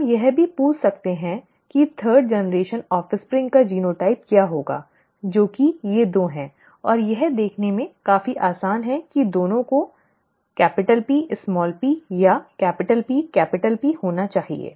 हम यह भी पूछ सकते हैं कि तीसरी पीढ़ी की संतानों का जीनोटाइप क्या होगा जो कि ये 2 है और यह देखने में काफी आसान है कि दोनों को Pp या PP होना चाहिए